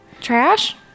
Trash